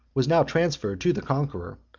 was now transferred to the conqueror,